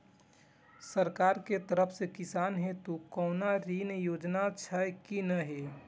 सरकार के तरफ से किसान हेतू कोना ऋण योजना छै कि नहिं?